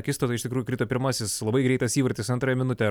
akistatoje iš tikrųjų krito pirmasis labai greitas įvartis antrąją minutę